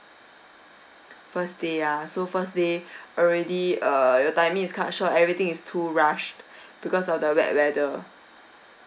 first day ah so first day already err your timing is cut short everything is too rushed because of the wet weather